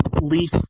leaf